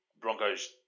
Broncos